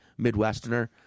Midwesterner